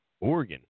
Oregon